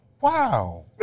Wow